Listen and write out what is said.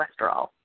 cholesterol